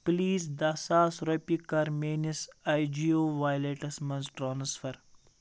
please دَہ ساس رۄپیہِ کر میٲنِس آی جی او وایلٹس مَنٛز ٹرانٛسفر